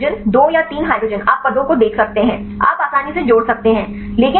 तो तीन हाइड्रोजन 2 या 3 हाइड्रोजेन आप पदों को देख सकते हैं आप आसानी से जोड़ सकते हैं